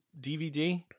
DVD